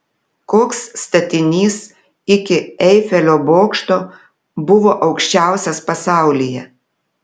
koks statinys iki eifelio bokšto buvo aukščiausias pasaulyje